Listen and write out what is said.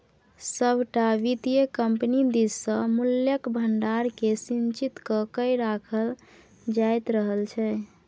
सभटा वित्तीय कम्पनी दिससँ मूल्यक भंडारकेँ संचित क कए राखल जाइत रहल छै